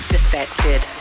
Defected